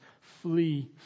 flee